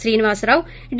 Srinivasarao D